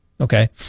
okay